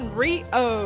rio